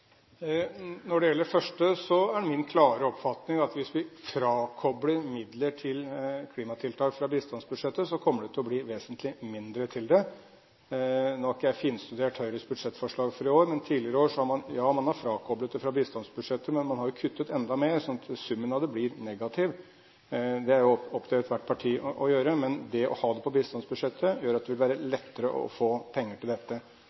Når det gjelder det første: Min klare oppfatning er at hvis vi frakobler midler til klimatiltak fra bistandsbudsjettet, så kommer det til å bli vesentlig mindre til det. Nå har ikke jeg finstudert Høyres budsjettforslag for i år, men i tidligere år har man riktignok frakoblet det fra bistandsbudsjettet, men man har jo kuttet enda mer, slik at summen blir negativ. Det er opp til ethvert parti å gjøre dette, men å ha det på bistandsbudsjettet gjør at det vil være lettere å få penger til dette.